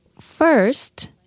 First